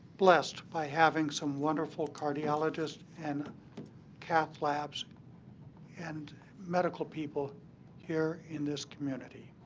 blessed by having some wonderful cardiologists and cath labs and medical people here in this community.